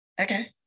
Okay